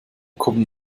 kommen